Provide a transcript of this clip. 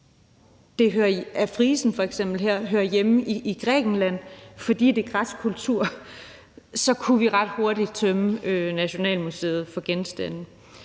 f.eks. frisen hører hjemme i Grækenland, fordi det er græsk kultur, kunne vi ret hurtigt tømme Nationalmuseet for genstande.